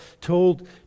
told